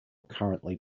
currently